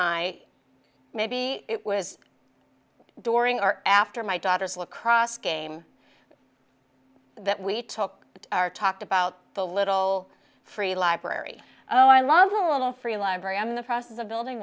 i maybe it was during or after my daughter's lacrosse game that we talk but talked about the little free library oh i love the little free library i'm in the process of building